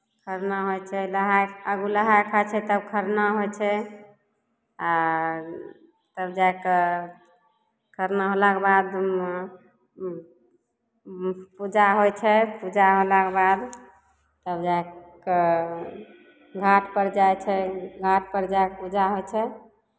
खरना होइ छै नहाय आगू नहाइ खाइ छै तब खरना होइ छै आ तब जा कऽ खरना होलाके बादमे पूजा होइ छै पूजा होलाके बाद तब जा कऽ घाटपर जाइ छै घाटपर जा कऽ पूजा होइ छै